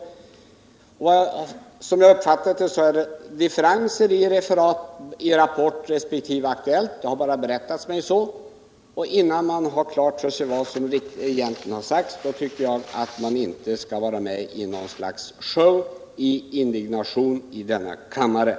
Som jag har uppfattat det var det differenser mellan referaten i Rapport och Aktuellt — det har berättats mig så. Innan man har klart för sig vad som egentligen har sagts bör man inte vara med i något slags show i indignation i denna kammare.